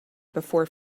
before